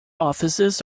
offices